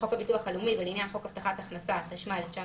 לחוק הביטוח הלאומי ולעניין חוק הבטחת הכנסה התשמ"א-1980.